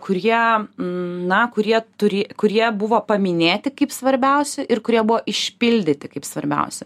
kur jie na kurie turi kurie buvo paminėti kaip svarbiausi ir kurie buvo išpildyti kaip svarbiausi